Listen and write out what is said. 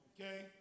Okay